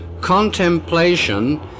contemplation